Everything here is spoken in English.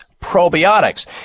probiotics